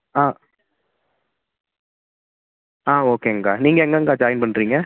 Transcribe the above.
ஆ ஆ ஓகேங்க்கா நீங்கள் எங்கேங்க்கா ஜாயின் பண்ணுறீங்க